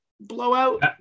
blowout